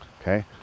okay